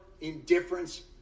indifference